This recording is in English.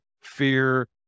fear